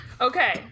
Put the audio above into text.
okay